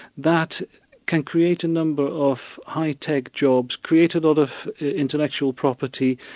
that can create a number of high tech jobs create a lot of intellectual property,